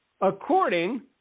According